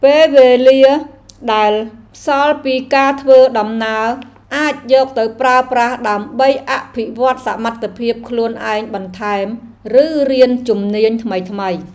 ពេលវេលាដែលសល់ពីការធ្វើដំណើរ អាចយកទៅប្រើប្រាស់ដើម្បីអភិវឌ្ឍសមត្ថភាពខ្លួនឯងបន្ថែម ឬរៀនជំនាញថ្មីៗ។